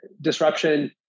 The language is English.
disruption